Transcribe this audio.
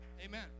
Amen